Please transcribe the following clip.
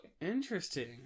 Interesting